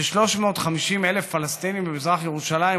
ש-350,000 פלסטינים במזרח ירושלים,